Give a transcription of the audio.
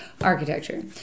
architecture